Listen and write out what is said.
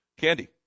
candy